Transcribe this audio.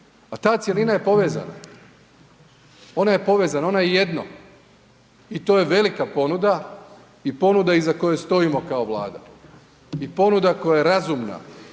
a ta cjelina je povezana, ona je povezana, ona je jedno i to je velika ponuda i ponuda iza koje stojimo kao Vlada i ponuda koja je razumna